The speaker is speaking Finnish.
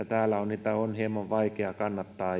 täällä ovat on hieman vaikea kannattaa